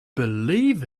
believe